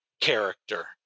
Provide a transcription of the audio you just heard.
character